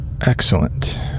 Excellent